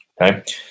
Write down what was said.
okay